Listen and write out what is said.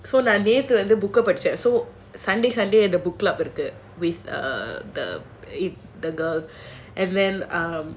so நான் நேத்து வந்து:naan nethu vandhu book ah படிச்சேன்:padichaen so sunday sunday the book club இருக்கு:irukku with ugh the girl and then um